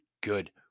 good